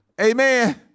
Amen